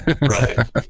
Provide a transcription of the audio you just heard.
right